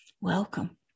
Welcome